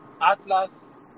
Atlas